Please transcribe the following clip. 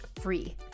free